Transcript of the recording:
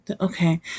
Okay